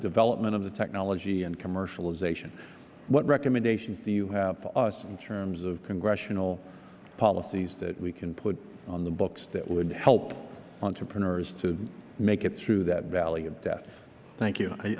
development of the technology and commercialization what recommendations do you have for us in terms of congressional policies that we can put on the books that would help entrepreneurs to make it through that valley of death